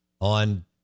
on